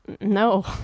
No